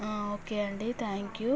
ఆ ఓకే అండి thank you